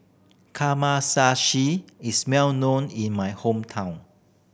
kamameshi is well known in my hometown